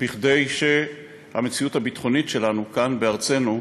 כדי שהמציאות הביטחונית שלנו כאן, בארצנו,